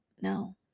No